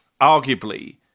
arguably